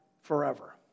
forever